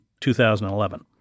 2011